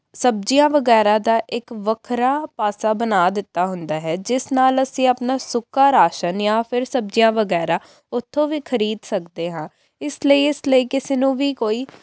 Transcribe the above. ਸਬਜ਼ੀਆਂ ਵਗੈਰਾ ਦਾ ਇੱਕ ਵੱਖਰਾ ਪਾਸਾ ਬਣਾ ਦਿੱਤਾ ਹੁੰਦਾ ਹੈ ਜਿਸ ਨਾਲ ਅਸੀਂ ਆਪਣਾ ਸੁੱਕਾ ਰਾਸ਼ਨ ਜਾਂ ਫਿਰ ਸਬਜ਼ੀਆਂ ਵਗੈਰਾ ਉਥੋਂ ਵੀ ਖਰੀਦ ਸਕਦੇ ਹਾਂ ਇਸ ਲਈ ਇਸ ਲਈ ਕਿਸੇ ਨੂੰ ਵੀ ਕੋਈ